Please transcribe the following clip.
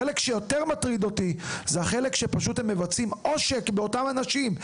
החלק שיותר מטריד אותי הוא שהם מבצעים עושק באותם אנשים.